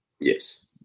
Yes